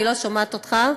אני לא שומעת אותך.